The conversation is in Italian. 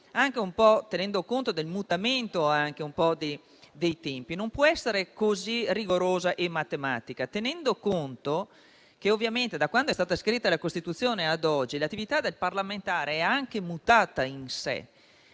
anche tenere conto del mutamento dei tempi, non possono essere così rigorose e matematiche. Bisogna tenere conto che, da quando è stata scritta la Costituzione ad oggi, l'attività del parlamentare è anche mutata in sé.